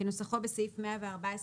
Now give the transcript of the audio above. כנוסחו בסעיף 114(9)